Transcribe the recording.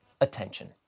attention